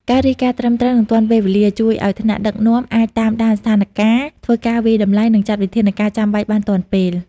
ការរាយការណ៍ត្រឹមត្រូវ និងទាន់ពេលវេលា ជួយឲ្យថ្នាក់ដឹកនាំអាចតាមដានស្ថានការណ៍ ធ្វើការវាយតម្លៃ និងចាត់វិធានការចាំបាច់បានទាន់ពេល។